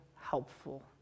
helpful